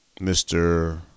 Mr